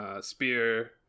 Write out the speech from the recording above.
Spear